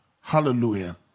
Hallelujah